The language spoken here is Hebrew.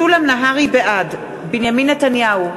בעד בנימין נתניהו,